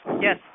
Yes